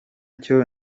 cyo